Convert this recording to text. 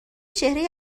چهره